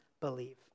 believe